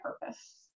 purpose